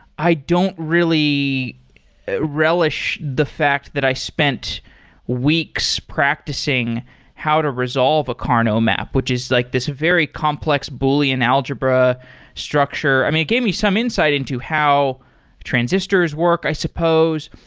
i don't really relish the fact that i spent weeks practicing how to resolve a karnaugh map, which is like this very complex boolean algebra structure. i mean, it gave me some insight into how transistors work, i suppose.